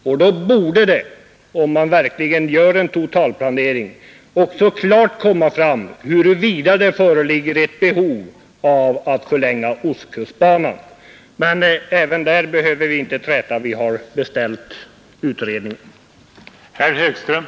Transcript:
Om en sådan totalplanering görs borde det också klart framgå, huruvida det föreligger behov av att förlänga ostkustbanan. Inte heller om detta behöver vi träta, eftersom utredning redan är beslutad.